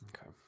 Okay